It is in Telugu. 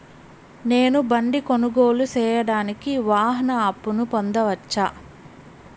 నేను బండి కొనుగోలు సేయడానికి వాహన అప్పును పొందవచ్చా?